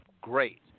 great